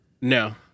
No